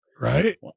Right